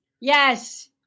Yes